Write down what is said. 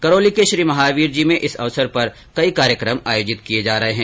करौली के श्रीमहावीर ॅजी में इस अवसर पर कई कार्यक्रम आयोजित किये जा रहे हैं